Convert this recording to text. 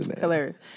Hilarious